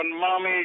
Mommy